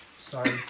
Sorry